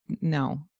no